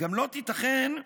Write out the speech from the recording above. לא תיתכן,